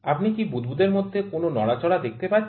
আপনি কি বুদ্বুদের মধ্যে কোন নড়াচড়া দেখতে পাচ্ছেন